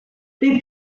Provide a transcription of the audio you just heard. they